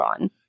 on